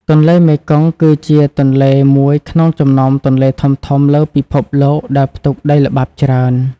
ទន្លេមេគង្គគឺជាទន្លេមួយក្នុងចំណោមទន្លេធំៗលើពិភពលោកដែលផ្ទុកដីល្បាប់ច្រើន។